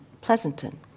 Pleasanton